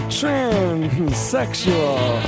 transsexual